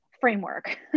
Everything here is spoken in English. framework